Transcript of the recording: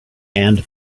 and